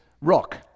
rock